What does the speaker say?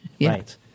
Right